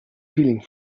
peeling